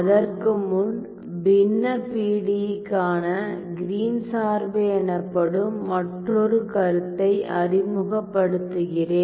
அதற்கு முன் பின்ன பிடியி க்கான கிரீன் Green's சார்பு எனப்படும் மற்றொரு கருத்தை அறிமுகப்படுத்துகிறேன்